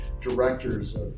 directors